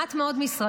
מעט מאוד משרדים,